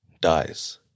dies